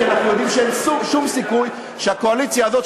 כי אנחנו יודעים שאין שום סיכוי שהקואליציה הזאת,